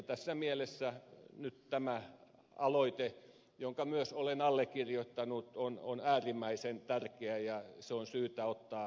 tässä mielessä nyt tämä aloite jonka myös olen allekirjoittanut on äärimmäisen tärkeä ja se on syytä ottaa vaka vasti